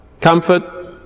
comfort